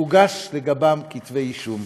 הוגש לגביהם כתב אישום.